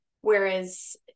Whereas